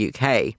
UK